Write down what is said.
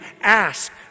ask